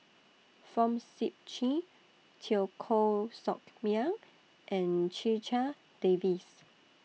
Fong Sip Chee Teo Koh Sock Miang and Checha Davies